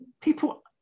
people